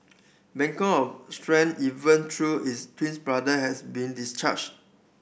beacon of strength even though his twins brother has been discharged